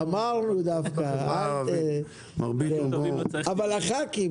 אני מצטער מראש אם לא אוכל לכסות את הכול.